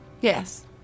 Yes